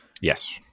Yes